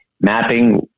mapping